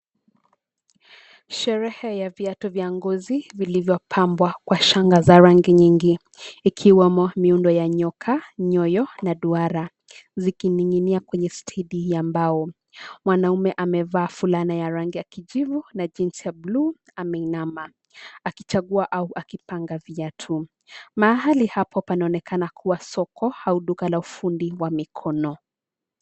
Sherehe ya viatu vya ngozi vilivyopambwa kwa shanga za rangi nyingi ikiwa miundo ya nyoka, nyoyo na duara zikining'inia kwenye stedi ya mbao. Wanaume amevaa fulana ya rangi ya kijivu na jeans ya blue ameinama akichagua au akipanga viatu. Mahali hapo panaonekana kuwa soko au duka la ufundi wa mikono.